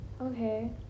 Okay